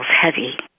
heavy